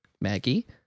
maggie